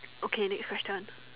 okay next question